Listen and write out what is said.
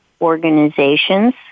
organizations